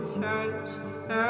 touch